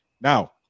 now